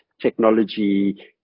Technology